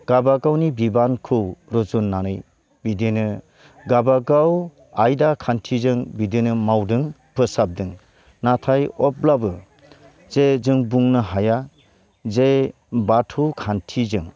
गाबागावनि बिबानखौ रुजुननानै बिदिनो गाबागाव आयदा खान्थिजों बिदिनो मावदों फोसाबदों नाथाय अब्लाबो जे जों बुंनो हाया जे बाथौ खान्थिजों